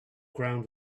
ground